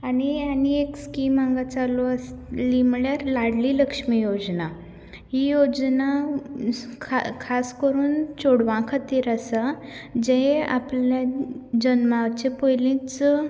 आनी आनी एक स्किम हांगा चालू आसली म्हणल्यार लाडली लक्ष्मी योजना ही योजना खास खास करून चेडवां खातीर आसा जे आपल्या जल्माच्या पयलींच